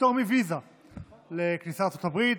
הפטור מוויזה לכניסה לארצות הברית,